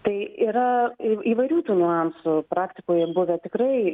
tai yra į įvairių tų niuansų praktikoje buvę tikrai